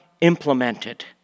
implemented